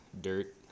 dirt